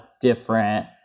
different